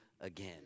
again